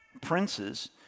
princes